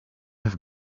have